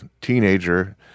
teenager